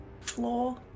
floor